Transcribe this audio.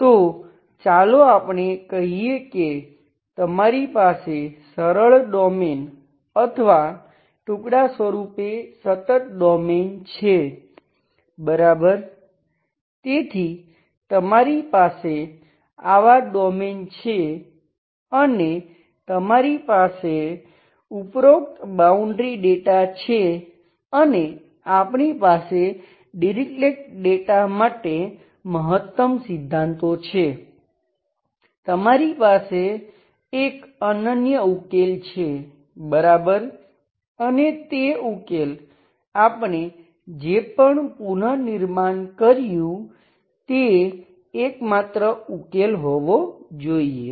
તો ચાલો આપણે કહીએ કે તમારી પાસે સરળ ડોમેઈન અથવા ટૂકડા સ્વરૂપે સતત ડોમેઈન કર્યું તે એકમાત્ર ઉકેલ હોવો જોઈએ